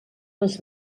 les